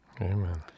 Amen